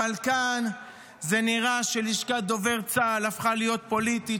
אבל כאן זה נראה שלשכת דובר צה"ל הפכה להיות פוליטית,